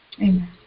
Amen